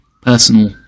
personal